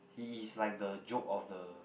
he is like the joke of the